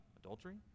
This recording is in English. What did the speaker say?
adultery